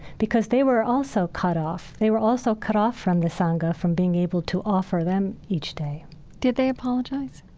because they were also cut off. they were also cut off from the sangha from being able to offer them each day did they apologize?